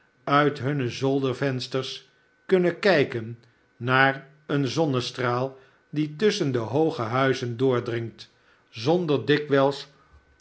uit hunne zoldervensters kunnen kijken naar een zonnestraal die tusschen de hooge huizen doordringt zonder dikwijls